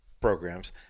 programs